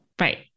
Right